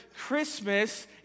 Christmas